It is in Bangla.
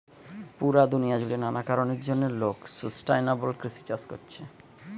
পুরা দুনিয়া জুড়ে নানা কারণের জন্যে লোক সুস্টাইনাবল কৃষি চাষ কোরছে